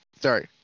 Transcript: Sorry